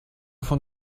von